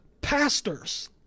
pastors